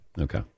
Okay